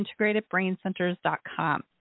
integratedbraincenters.com